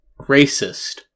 racist